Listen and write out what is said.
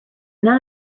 none